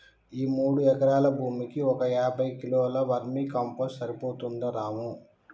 ఈ మూడు ఎకరాల భూమికి ఒక యాభై కిలోల వర్మీ కంపోస్ట్ సరిపోతుందా రాము